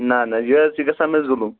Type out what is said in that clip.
نہ نہ یہ حظ چھُ گَژھان مےٚ ظُلُم